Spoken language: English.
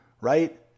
Right